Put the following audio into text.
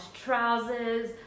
trousers